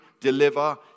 deliver